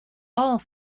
all